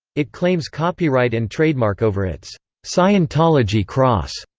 it claims copyright and trademark over its scientology cross,